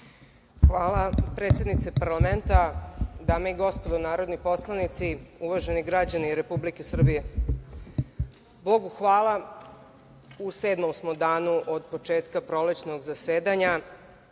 Hvala, predsednice parlamenta, dame i gospodo narodni poslanici, uvaženi građani Republike Srbije. Bogu hvala, u sedmom smo danu od početka prolećnog zasedanja,